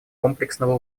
комплексного